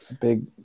Big